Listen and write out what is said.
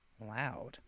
Loud